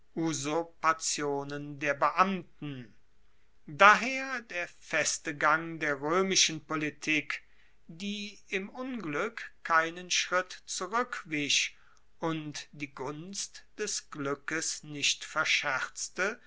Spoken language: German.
usurpationen der beamten daher der feste gang der roemischen politik die im unglueck keinen schritt zurueckwich und die gunst des glueckes nicht verscherzte